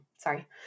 sorry